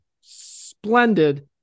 splendid